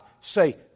say